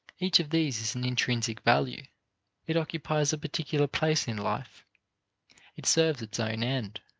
each of these is an intrinsic value it occupies a particular place in life it serves its own end,